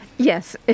Yes